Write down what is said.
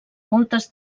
moltes